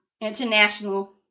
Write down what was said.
international